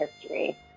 history